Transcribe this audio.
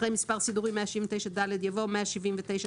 אחרי מספר סידורי 179ד יבוא: מספרמספרפירוט